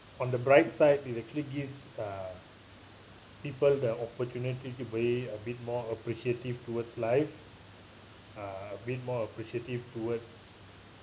on the bright side it actually give uh people the opportunity to be a bit more appreciative towards life uh a bit more appreciative towards